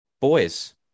Boys